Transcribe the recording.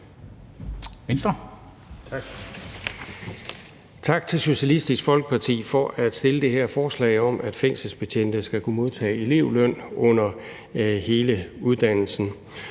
Tak til Socialistisk Folkeparti for at fremsætte det her forslag om, at fængselsbetjentelever skal kunne modtage elevløn under hele uddannelsen